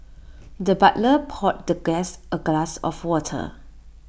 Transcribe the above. the butler poured the guest A glass of water